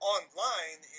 Online